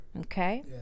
Okay